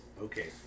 Okay